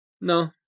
No